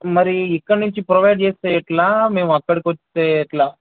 మరి ఇక్కడి నుంచి ప్రొవైడ్ చేస్తే ఎలా మేము అక్కడికి వస్తే ఎలా